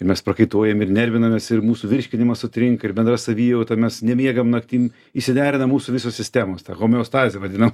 mes prakaituojam ir nervinamės ir mūsų virškinimas sutrinka ir bendra savijauta mes nemiegam naktim išsinerina mūsų visos sistemos ta homeostazė vadinama